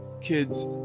Kids